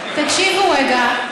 תקשיבו רגע,